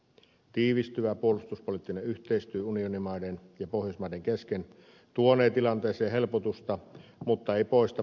tiivistyvä puolustuspoliittinen yhteistyö unionimaiden ja pohjoismaiden kesken tuonee tilanteeseen helpotusta mutta ei poista perusongelmaa